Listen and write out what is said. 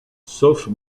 sauf